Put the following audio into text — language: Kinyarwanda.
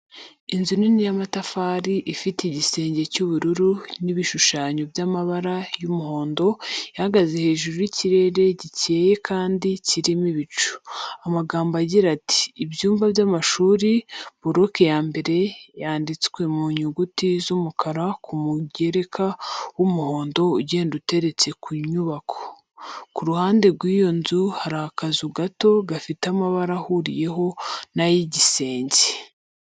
Inzu nini y'amatafari ifite igisenge cy'ubururu n'ibishushanyo by'amabara y'umuhondo, ihagaze hejuru y'ikirere gikeye kandi kirimo ibicu. Amagambo agira at:"Ibyumba by'amashuri boroke ya mbere." Yanditswe mu nyuguti z'umukara ku mugereka w'umuhondo ugenda uteretse ku nyubako. Ku ruhande rw'iyo nzu hari akazu gato gafite amabara ahuriyeho n'ay'igisenge.